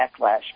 backlash